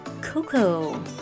Coco